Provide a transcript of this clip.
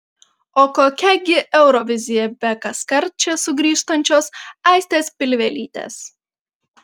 o kokia gi eurovizija be kaskart čia sugrįžtančios aistės pilvelytės